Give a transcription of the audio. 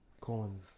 colon